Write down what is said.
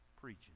preaching